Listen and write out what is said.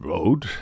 Road